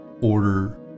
order